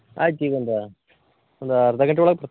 ಆಯ್ತು ಈಗ ಒಂದು ಒಂದು ಅರ್ಧ ಗಂಟೆ ಒಳಗೆ